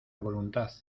voluntad